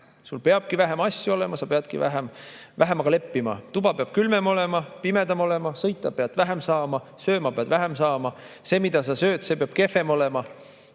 sul peabki vähem asju olema, sa peadki vähemaga leppima, tuba peab külmem olema ja pimedam olema, sõita pead vähem saama, sööma pead vähem saama, see, mida sa sööd, see peab kehvem olema,